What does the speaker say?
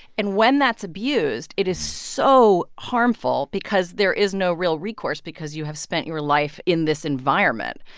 and when that's abused, it is so harmful because there is no real recourse because you have spent your life in this environment.